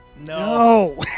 No